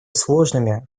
сложными